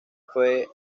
fue